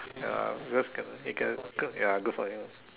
ya because can he can good ya good for him